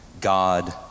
God